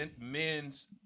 men's